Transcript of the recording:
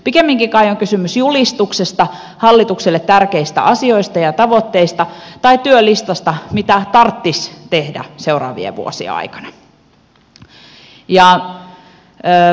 pikemminkin kai on kysymys julistuksesta hallitukselle tärkeistä asioista ja tavoitteista tai työlistasta mitä tarttis tehdä seuraavien vuosien aikana